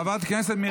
חברת הכנסת מירב כהן,